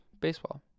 baseball